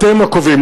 אתם הקובעים,